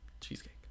Cheesecake